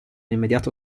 immediato